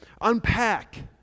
unpack